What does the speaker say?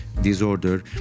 disorder